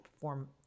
form